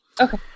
Okay